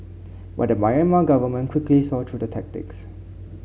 but the Myanmar government quickly saw through the tactics